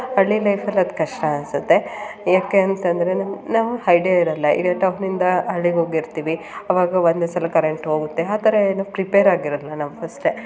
ಹಳ್ಳಿ ಲೈಫಲ್ಲಿ ಅದು ಕಷ್ಟ ಅನಿಸುತ್ತೆ ಯಾಕೆ ಅಂತಂದರೆ ನಮ್ಮ ನಮ್ಗೆ ಹೈಡ್ಯಾ ಇರೋಲ್ಲ ಇಲ್ಲ ಟೌನಿಂದ ಹಳ್ಳಿಗೆ ಹೋಗಿರ್ತಿವಿ ಅವಾಗ ಒಂದೇ ಸಲ ಕರೆಂಟ್ ಹೋಗುತ್ತೆ ಆ ಥರ ಏನೂ ಪ್ರಿಪೇರ್ ಆಗಿರೋಲ್ಲ ನಾವು ಫಸ್ಟೇ